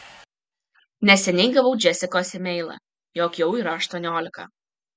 neseniai gavau džesikos emailą jog jau yra aštuoniolika